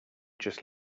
just